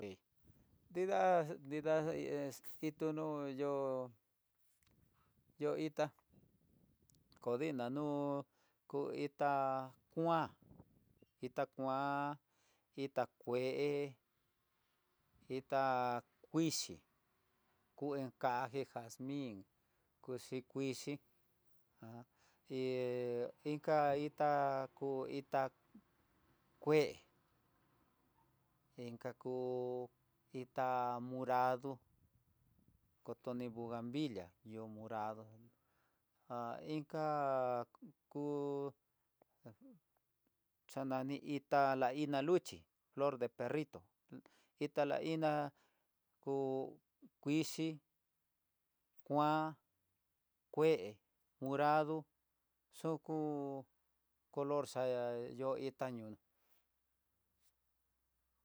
Kui nrida nrida xa ito nó yó yo itá, kodina nu yo itá kuan, ita kuan, itá kue, itá kuixhi ko enkaje yazmin, kuixi kuixi, he inka itá ku itá kue, inka ku itá morado, kotoni buganbilia ihó morado ha inka ku xanani itá la iná luxhi flor de perrito, itá la iná ku kuixhii, kuan, kue, morado, yuku color xa itá ñono.